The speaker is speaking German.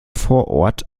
vorort